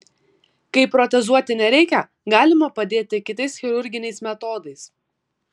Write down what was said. kai protezuoti nereikia galima padėti kitais chirurginiais metodais